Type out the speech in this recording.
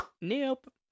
Nope